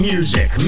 Music